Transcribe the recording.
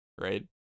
right